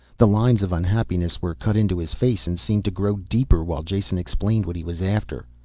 the lines of unhappiness were cut into his face and seemed to grow deeper while jason explained what he was after.